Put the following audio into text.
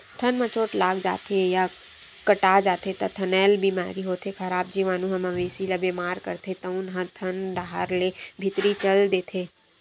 थन म चोट लाग जाथे या कटा जाथे त थनैल बेमारी होथे, खराब जीवानु ह मवेशी ल बेमार करथे तउन ह थन डाहर ले भीतरी चल देथे